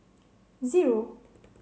zero